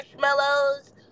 Marshmallows